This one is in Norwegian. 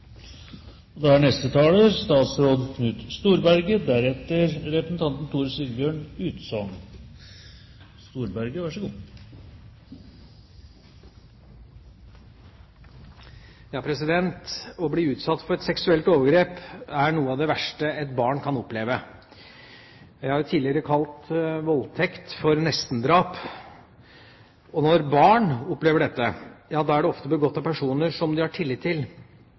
Å bli utsatt for et seksuelt overgrep er noe av det verste et barn kan oppleve. Jeg har tidligere kalt voldtekt for nestendrap. Når barn opplever dette, er det ofte begått av personer som de har tillit til